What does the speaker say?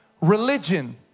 religion